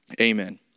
amen